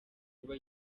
kuba